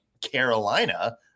Carolina